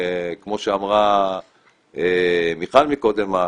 כמו שאמרה מיכל מקודם,